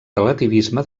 relativisme